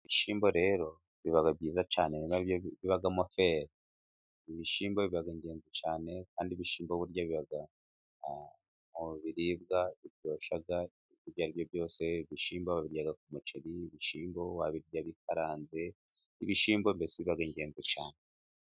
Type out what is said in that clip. Ibishyimbo rero biba byiza cyane ni na yo bibamo feri, ibishyimbo biba ingenzi cyane, kandi ibishyimbo biba mu biribwa biryoshya ibyo ari byo byose, ibishyimbo wabirya ku muceri ibishyimbo wabirya bikaranze, ibishyimbo mbese biba ingenzi cyane.